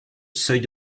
seuil